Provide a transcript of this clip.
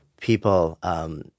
people